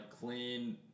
clean